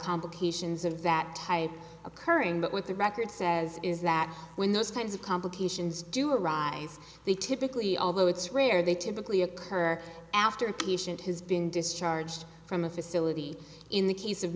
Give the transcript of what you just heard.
complications of that type occurring but with the record says is that when those kinds of complications do arise they typically although it's rare they typically occur after a patient has been discharged from a facility in the case of